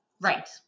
Right